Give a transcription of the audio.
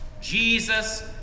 Jesus